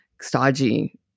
stodgy